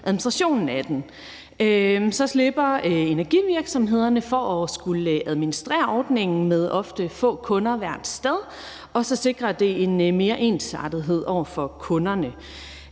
Så slipper energivirksomhederne for at skulle administrere ordningen med ofte få kunder hvert sted, og så sikrer det kunderne en større ensartethed.